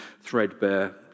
threadbare